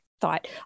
thought